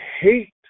hate